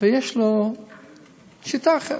ויש לו שיטה אחרת.